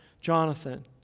Jonathan